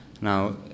Now